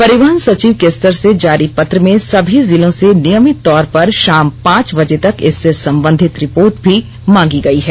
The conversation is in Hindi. परिवहन सचिव के स्तर से जारी पत्र में सभी जिलों से नियमित तौर पर शाम पांच बजे तक इससे संबंधित रिपोर्ट भी मांगी गई है